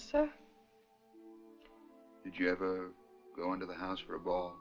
did you ever go into the house for a ball